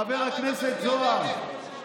חבר הכנסת זוהר,